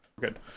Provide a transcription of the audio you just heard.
Good